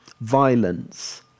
violence